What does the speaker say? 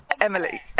Emily